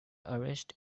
arrest